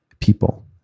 people